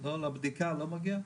לבדיקה זה לא מגיע?